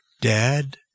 Dad